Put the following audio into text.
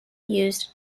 used